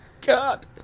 God